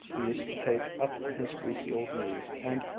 he used to take up on his greasy old knees and,